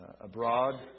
abroad